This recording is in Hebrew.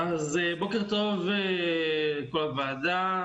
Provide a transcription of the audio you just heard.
בוקר טוב לכל הוועדה,